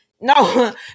no